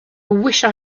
wished